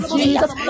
Jesus